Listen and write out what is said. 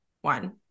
one